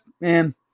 man